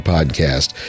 Podcast